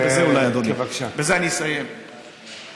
אני אסיים בזה אולי, אדוני.